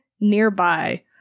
nearby